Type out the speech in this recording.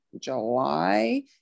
July